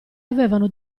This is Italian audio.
avevano